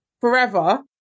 forever